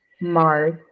mars